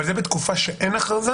אבל זה בתקופה שאין הכרזה?